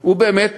הוא באמת